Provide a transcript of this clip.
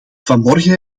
vanmorgen